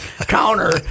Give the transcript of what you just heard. counter